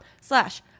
slash